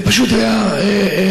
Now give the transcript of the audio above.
זה פשוט היה מדהים: